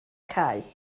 cae